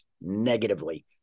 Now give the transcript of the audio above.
negatively